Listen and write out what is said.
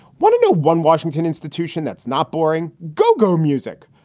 what no one washington institution that's not boring. go, go music.